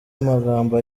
amagambo